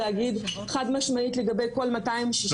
להגיד חד משמעית לגבי על מאתיים שישים סייעות.